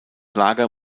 lager